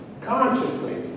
consciously